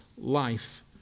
life